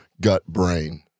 gut-brain